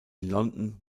london